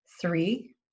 Three